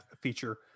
feature